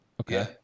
Okay